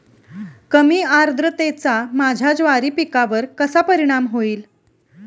कमी आर्द्रतेचा माझ्या ज्वारी पिकावर कसा परिणाम होईल?